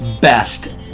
best